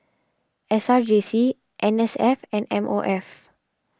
S R J C N S F and M O F